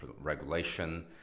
regulation